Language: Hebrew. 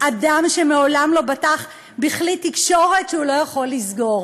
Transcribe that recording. אדם שמעולם לא בטח בכלי תקשורת שהוא לא יכול לסגור.